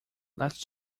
let’s